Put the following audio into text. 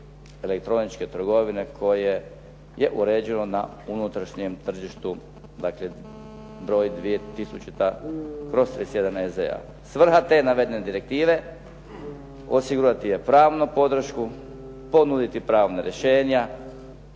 elektroničke trgovine koje je uređeno na unutrašnjem tržištu dakle broj 2000./31 EZ-a. Svrha te navedene direktive, osigurati je pravu podršku, ponuditi pravna rješenja